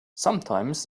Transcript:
sometimes